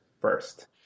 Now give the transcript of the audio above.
first